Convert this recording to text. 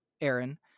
Aaron